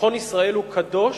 ביטחון ישראל הוא קדוש